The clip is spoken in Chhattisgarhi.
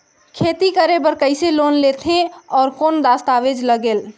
खेती करे बर कइसे लोन लेथे और कौन दस्तावेज लगेल?